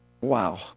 Wow